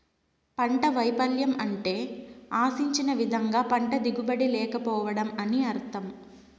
పంట వైపల్యం అంటే ఆశించిన విధంగా పంట దిగుబడి లేకపోవడం అని అర్థం